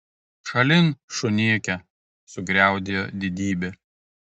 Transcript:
šalin šunėke sugriaudėjo didybė